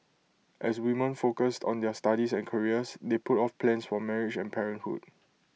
as women focused on their studies and careers they put off plans for marriage and parenthood